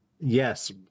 Yes